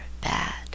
bad